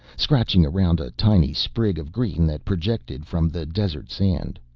scratching around a tiny sprig of green that projected from the desert sand.